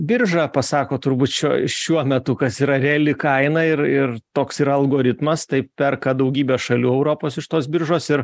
birža pasako turbūt šio šiuo metu kas yra reali kaina ir ir toks ir algoritmas taip perka daugybę šalių europos iš tos biržos ir